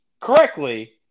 correctly